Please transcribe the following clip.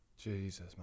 Jesus